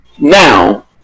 Now